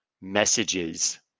messages